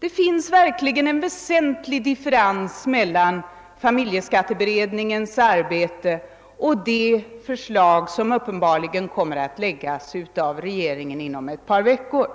Det finns en väsentlig differens mellan familjeskatteberedningens arbete och det förslag som regeringen uppenbarligen ämnar presentera inom ett par veckor.